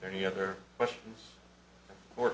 any other questions or